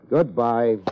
Goodbye